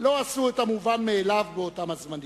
לא עשו את המובן מאליו באותם הזמנים.